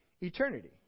eternity